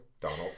donald